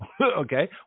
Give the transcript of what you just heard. Okay